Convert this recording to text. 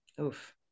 Oof